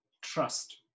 trust